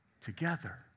together